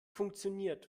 funktioniert